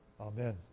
Amen